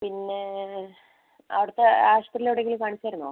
പിന്നേ അവിടുത്തെ ആശുപത്രിയിൽ എവിടെയെങ്കിലും കാണിച്ചിരുന്നോ